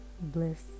bliss